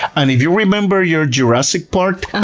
and if you remember your jurassic park,